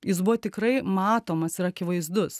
jis buvo tikrai matomas ir akivaizdus